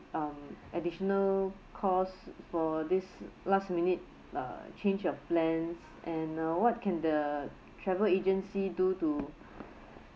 um additional costs for this last minute uh change of plans and uh what can the travel agency do to